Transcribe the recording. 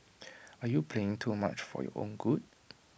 are you playing too much for your own good